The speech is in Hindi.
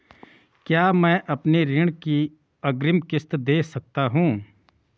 क्या मैं अपनी ऋण की अग्रिम किश्त दें सकता हूँ?